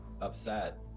upset